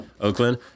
Oakland